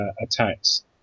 attacks